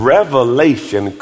Revelation